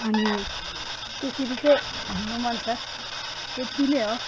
अनि त्यसरी चाहिँ घुम्नु मन छ त्यत्ति नै हो